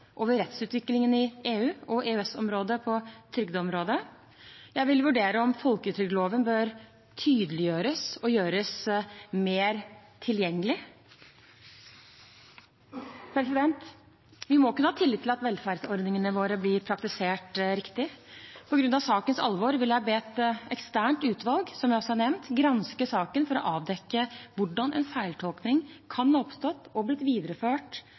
rettsutviklingen i EU- og EØS-området på trygdeområdet. Jeg vil vurdere om folketrygdloven bør tydeliggjøres og gjøres mer tilgjengelig. Vi må kunne ha tillit til at velferdsordningene våre blir praktisert riktig. På grunn av sakens alvor vil jeg be et eksternt utvalg – som jeg nevnte – granske saken for å avdekke hvordan en feiltolking kan ha oppstått og blitt videreført